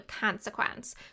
consequence